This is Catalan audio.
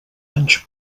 anys